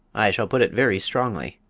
i shall put it very strongly.